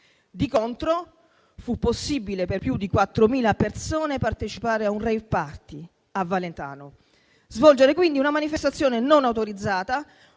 Di contro, fu possibile per più di 4.000 persone partecipare a un *rave party* a Valentano, svolgere quindi una manifestazione non autorizzata,